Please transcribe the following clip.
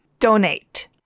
Donate